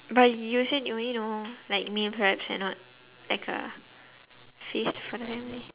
but you said you only know like meal preps and not like a feast for the family